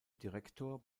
direktor